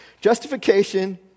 Justification